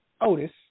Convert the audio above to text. Otis